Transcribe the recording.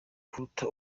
kuruta